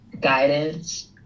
guidance